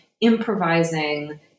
improvising